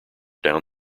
down